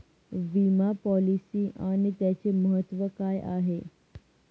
विमा पॉलिसी आणि त्याचे महत्व काय आहे?